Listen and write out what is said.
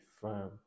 firm